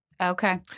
Okay